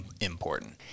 important